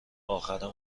اخر